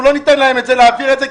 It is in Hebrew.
אנחנו לא ניתן להם להעביר את זה,